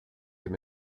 him